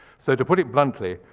so to put it bluntly,